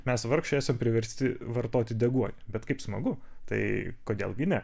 mes vargšai esam priversti vartoti deguonį bet kaip smagu tai kodėl gi ne